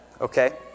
okay